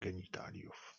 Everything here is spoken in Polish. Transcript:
genitaliów